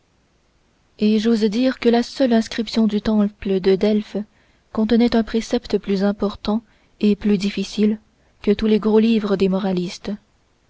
et j'ose dire que la seule inscription du temple de delphes contenait un précepte plus important et plus difficile que tous les gros livres des moralistes